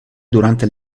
durante